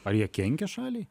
ar jie kenkia šaliai